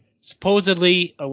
supposedly